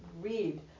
read